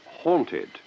Haunted